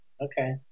Okay